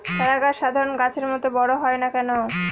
চারা গাছ সাধারণ গাছের মত বড় হয় না কেনো?